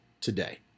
today